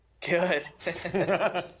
Good